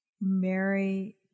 Mary